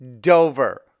Dover